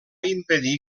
impedir